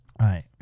right